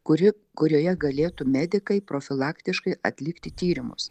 kuri kurioje galėtų medikai profilaktiškai atlikti tyrimus